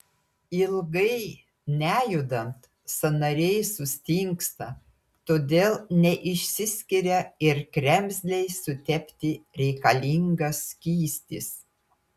ilgai nejudant sąnariai sustingsta todėl neišsiskiria ir kremzlei sutepti reikalingas skystis